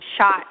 shot